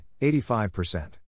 85%